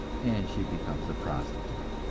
and she becomes a prostitute.